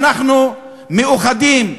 אנחנו מאוחדים,